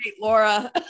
Laura